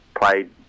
played